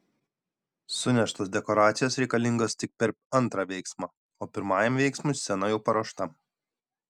suneštos dekoracijos reikalingos tik per antrą veiksmą o pirmajam veiksmui scena jau paruošta